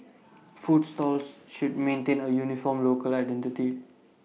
food stalls should maintain A uniform local identity